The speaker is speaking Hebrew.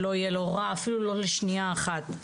שלא יהיה לו רע אפילו לא לשנייה אחת.